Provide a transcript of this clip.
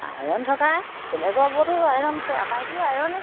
iron থকা বেলেগৰবোৰতো iron আছে আমাৰ এইটোও আইৰনেই